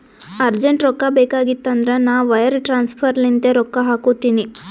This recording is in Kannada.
ಅರ್ಜೆಂಟ್ ರೊಕ್ಕಾ ಬೇಕಾಗಿತ್ತಂದ್ರ ನಾ ವೈರ್ ಟ್ರಾನ್ಸಫರ್ ಲಿಂತೆ ರೊಕ್ಕಾ ಹಾಕು ಅಂತಿನಿ